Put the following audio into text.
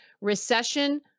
Recession